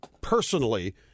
personally